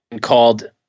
called